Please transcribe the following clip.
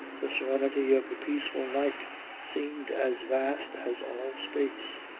the serenity of the peaceful night seemed as vast as all space,